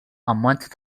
ammont